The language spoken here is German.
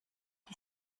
die